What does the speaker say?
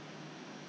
eh Hui Wen